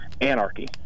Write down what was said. anarchy